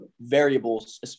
variables